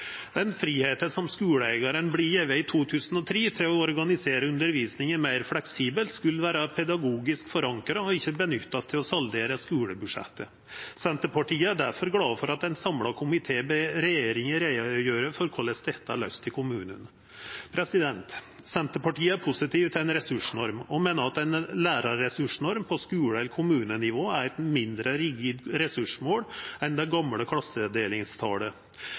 skuleeigaren fekk i 2003 til å organisera undervisninga meir fleksibelt, skulle vera pedagogisk forankra og ikkje nyttast til å saldera skulebudsjettet. Senterpartiet er difor glade for at ein samla komité ber regjeringa gjera greie for korleis dette er løyst i kommunane. Senterpartiet er positive til ei ressursnorm og meiner at ei lærarressursnorm på skule- eller kommunenivå er eit mindre rigid ressursmål enn det gamle